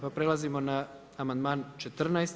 Pa prelazimo na amandman 14.